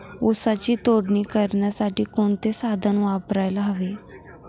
ऊसाची तोडणी करण्यासाठी कोणते साधन वापरायला हवे?